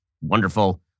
wonderful